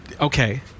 Okay